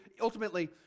ultimately